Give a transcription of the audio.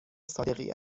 صادقی